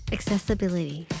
Accessibility